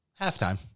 halftime